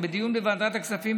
ובדיון בוועדת הכספים,